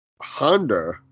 Honda